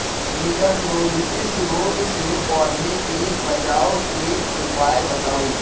निककरोलीसिस रोग से पौधा के बचाव के उपाय बताऊ?